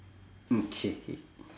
mm K